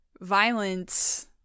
violence